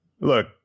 Look